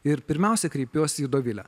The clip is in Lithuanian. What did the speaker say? ir pirmiausia kreipiuosi į dovilę